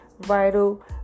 vital